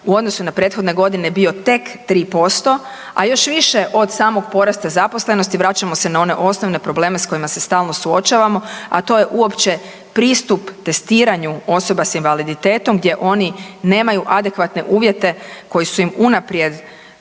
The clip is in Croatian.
u odnosu na prethodne godine bio tek 3%, a još više od samog porasta zaposlenosti vraćamo se na one osnovne probleme s kojima se stalno suočavamo, a to je uopće pristup testiranju osoba s invaliditetom gdje oni nemaju adekvatne uvjete koji su im unaprijed